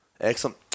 Excellent